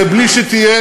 העם הישראלי, ובלי שתהיה,